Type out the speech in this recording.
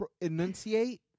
enunciate